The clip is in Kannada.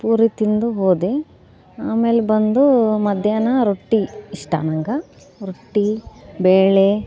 ಪೂರಿ ತಿಂದು ಹೋದೆ ಆಮೇಲೆ ಬಂದು ಮಧ್ಯಾಹ್ನ ರೊಟ್ಟಿ ಇಷ್ಟ ನಂಗೆ ರೊಟ್ಟಿ ಬೇಳೆ